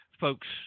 folks